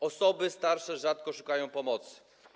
Osoby starsze rzadko szukają pomocy.